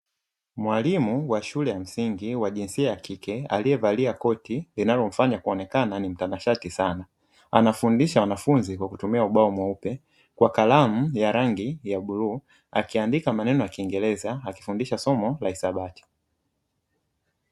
Mwalimu wa shule ya msingi wa jinsia ya kike, aliyevalia koti linalomfanya kuonekana ni mtanashati sana. Anafundisha wanafunzi kwa kutumia ubao mweupe kwa kalamu ya rangi ya bluu, akiandika maneno ya kiingereza, akifundisha somo la hisabati.